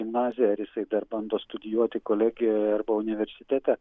gimnaziją ar jisai dar bando studijuoti kolegijoje arba universitete